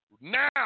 now